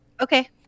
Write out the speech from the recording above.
Okay